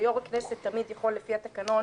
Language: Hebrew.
ויושב-ראש הכנסת תמיד יכול לפי התקנון